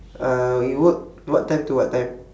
uh you work what time to what time